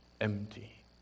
empty